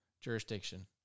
jurisdiction